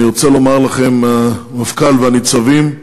אני רוצה לומר לכם, המפכ"ל והניצבים,